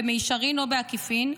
במישרין או בעקיפין,